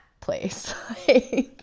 place